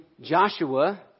Joshua